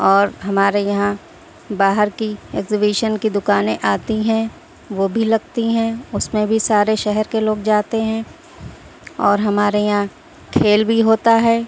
اور ہمارے یہاں باہر کی ایگزویشن کی دوکانیں آتی ہیں وہ بھی لگتی ہیں اس میں بھی سارے شہر کے لوگ جاتے ہیں اور ہمارے یہاں کھیل بھی ہوتا ہے